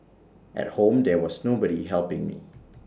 at home there was nobody helping me